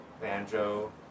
banjo